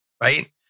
right